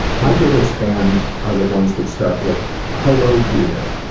my favorite spams are the ones that start with hello dear.